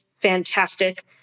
fantastic